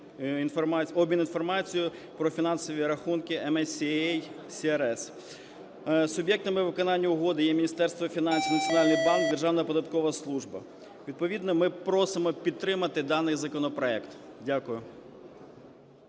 обмін інформацією про фінансові рахунки MCAA СRS. Суб'єктами виконання угоди є Міністерство фінансів, Національний банк, Державна податкова служба. Відповідно ми просимо підтримати даний законопроект. Дякую.